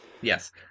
Yes